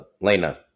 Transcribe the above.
Lena